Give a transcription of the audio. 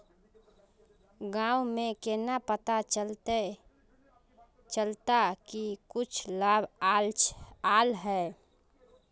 गाँव में केना पता चलता की कुछ लाभ आल है?